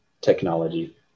technology